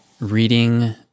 reading